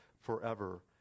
forever